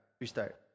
Restart